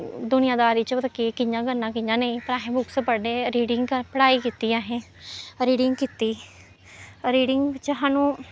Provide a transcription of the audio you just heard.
दुनियादारी च ओह्दा केह् कि'यां करना कि'यां नेईं ते असें बुक्स पढ़ने रीडिंग पढ़ाई कीती असें रीडिंग कीती रीडिंग च सानूं